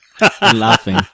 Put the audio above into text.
laughing